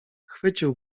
chwycił